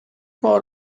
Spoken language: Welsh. mor